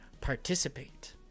participate